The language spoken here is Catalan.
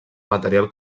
material